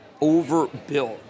overbuilt